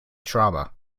trauma